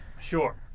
Sure